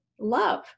love